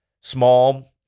Small